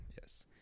yes